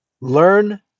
Learn